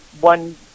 one